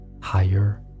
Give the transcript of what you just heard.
higher